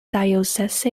diocese